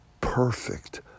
perfect